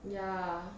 ya